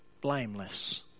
blameless